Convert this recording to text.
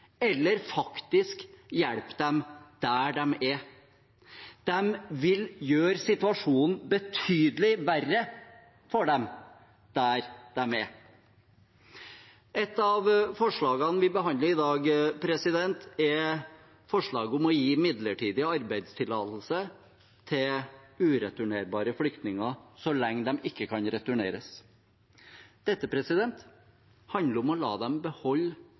eller faktisk hjelpe dem der de er. De vil gjøre situasjonen betydelig verre for dem der de er. Et av forslagene vi behandler i dag, er forslaget om å gi midlertidig arbeidstillatelse til ureturnerbare flyktninger så lenge de ikke kan returneres. Dette handler om å la dem beholde